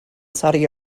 saudi